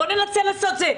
בוא ננסה לעשות זה',